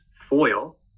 foil